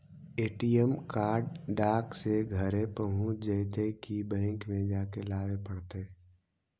ATM card डाक से घरे पहुँच जईतै कि बैंक में जाके लाबे पड़तै?